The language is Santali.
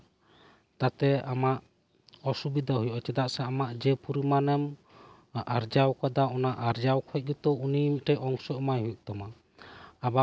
ᱛᱟᱛᱮ ᱟᱢᱟᱜ ᱚᱥᱩᱵᱤᱫᱷᱟ ᱦᱩᱭᱩᱜᱼᱟ ᱪᱮᱫᱟᱜ ᱥᱮ ᱟᱢᱟᱜ ᱡᱮ ᱯᱚᱨᱤᱢᱟᱱ ᱮᱢ ᱟᱨᱡᱟᱣ ᱟᱠᱟᱫᱟ ᱚᱱᱟ ᱟᱨᱡᱟᱣ ᱠᱷᱚᱱ ᱜᱮᱛᱚ ᱩᱱᱤ ᱢᱤᱫᱴᱮᱱ ᱚᱝᱥᱚ ᱮᱢᱟᱭ ᱦᱩᱭᱩᱜ ᱛᱟᱢᱟ